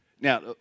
Now